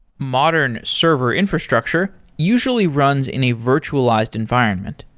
modern server infrastructure usually runs in a virtualized environment.